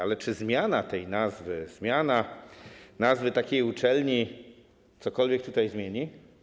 Ale czy zmiana tej nazwy, zmiana nazwy takiej uczelni cokolwiek tutaj zmieni?